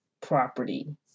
property